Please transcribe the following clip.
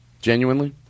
genuinely